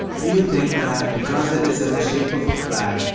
you think that, because it is in the shape of a flag,